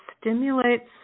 stimulates